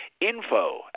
info